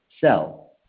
cell